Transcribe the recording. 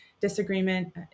disagreement